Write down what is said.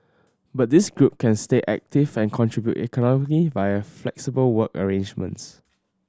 but this group can stay active and contribute economically via flexible work arrangements